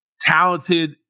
talented